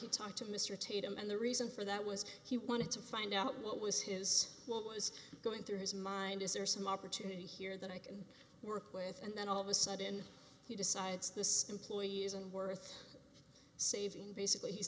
he talked to mr tatum and the reason for that was he wanted to find out what was his what was going through his mind is there some opportunity here that i can work with and then all of a sudden he decides this employees and worth saving basically he's